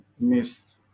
missed